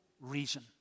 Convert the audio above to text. reason